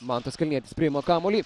mantas kalnietis priima kamuolį